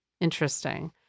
interesting